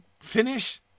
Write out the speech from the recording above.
finish